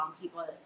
people